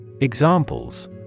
Examples